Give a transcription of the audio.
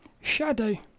shadow